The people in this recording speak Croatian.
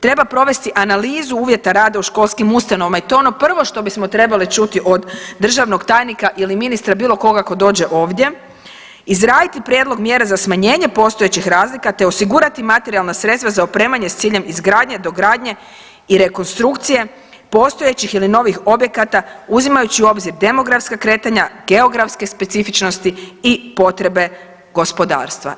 Treba provesti analizu uvjeta rada u školskim ustanovama i to je ono prvo što bismo trebali čuti od državnog tajnika ili ministra, bilo koga tko dođe ovdje, izraditi prijedlog mjera za smanjenje postojećih razlika, te osigurati materijalna sredstva za opremanje s ciljem izgradnje, dogradnje i rekonstrukcije postojećih ili novih objekata uzimajući u obzir demografska kretanja, geografske specifičnosti i potrebe gospodarstva.